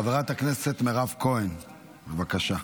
חברת הכנסת מירב כהן, בבקשה,